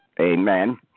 Amen